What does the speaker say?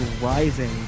rising